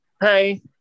Hey